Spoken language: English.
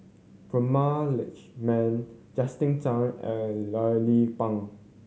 Prema Letchumanan Justin Zhuang and Loh Lik Peng